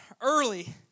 Early